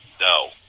No